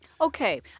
Okay